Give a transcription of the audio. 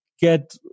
get